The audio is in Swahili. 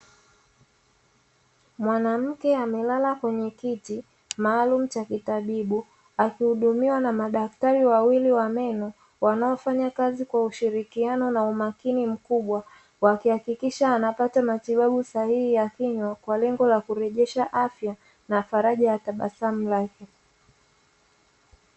Mwanamke amelala kwenye kiti maalumu cha kitabibu, akihudumiwa na madaktari wawili wa meno wanaofanya kazi kwa ushirikiano na umakini mkubwa, wakihakikisha anapata matibabu sahihi ya kinywa kwa lengo la kurejesha afya na faraja ya tabasamu lake.